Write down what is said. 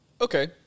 Okay